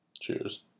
Cheers